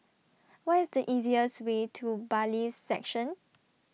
What IS The easiest Way to Bailiffs' Section